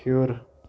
ہیٚور